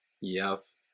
Yes